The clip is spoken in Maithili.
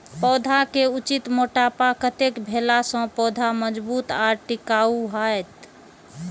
पौधा के उचित मोटापा कतेक भेला सौं पौधा मजबूत आर टिकाऊ हाएत?